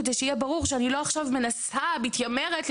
כדי שיהיה ברור ושאני לא מנסה/מתיימרת עכשיו